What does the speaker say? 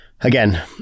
again